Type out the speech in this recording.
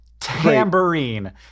tambourine